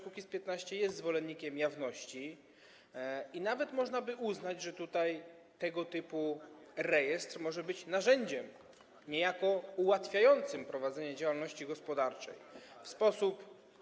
Kukiz’15 jest zwolennikiem jawności i nawet można by uznać, że tutaj tego typu rejestr może być narzędziem niejako ułatwiającym prowadzenie działalności gospodarczej w sposób.